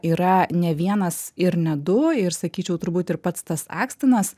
yra ne vienas ir ne du ir sakyčiau turbūt ir pats tas akstinas